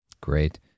Great